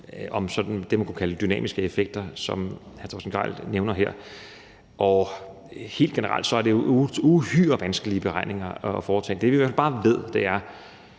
på, hvad man kunne kalde for dynamiske effekter, som hr. Torsten Gejl nævner her. Og helt generelt er det jo uhyre vanskelige beregninger at foretage. Det, vi i hvert fald bare ved, er,